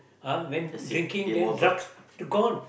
uh went drinking then drugs gone